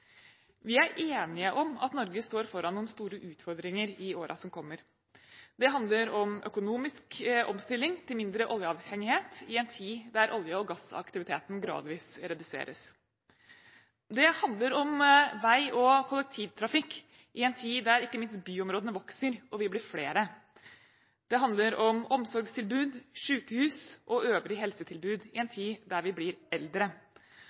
Vi er enige om at Norge står foran noen store utfordringer i årene som kommer. Det handler om økonomisk omstilling til mindre oljeavhengighet i en tid der olje- og gassaktiviteten gradvis reduseres. Det handler om vei- og kollektivtrafikk i en tid der ikke minst byområdene vokser, og vi blir flere. Det handler om omsorgstilbud, sykehus og øvrig helsetilbud i en tid der vi blir eldre.